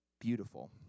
beautiful